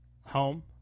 home